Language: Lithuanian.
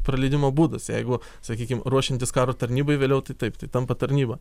praleidimo būdas jeigu sakykim ruošiantis karo tarnybai vėliau tai taip tai tampa tarnyba